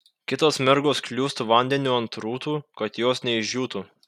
kitos mergos kliūst vandeniu ant rūtų kad jos neišdžiūtų